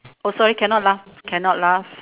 oh sorry cannot laugh cannot laugh